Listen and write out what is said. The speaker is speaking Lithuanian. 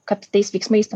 kad tais veiksmais